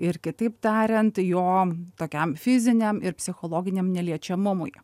ir kitaip tariant jo tokiam fiziniam ir psichologiniam neliečiamumui